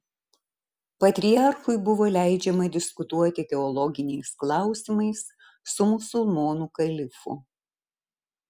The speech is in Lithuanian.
patriarchui buvo leidžiama diskutuoti teologiniais klausimais su musulmonų kalifu